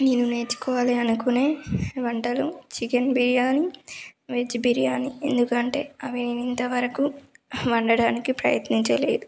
నేను నేర్చుకోవాలి అనుకునే వంటలు చికెన్ బిర్యానీ వెజ్ బిర్యానీ ఎందుకంటే అవి నేను ఇంతవరకు వండడానికి ప్రయత్నించలేదు